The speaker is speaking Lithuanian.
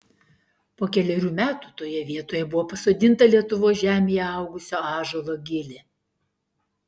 po kelerių metų toje vietoj buvo pasodinta lietuvos žemėje augusio ąžuolo gilė